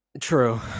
True